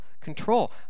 control